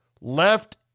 left